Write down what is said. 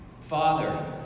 Father